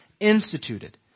instituted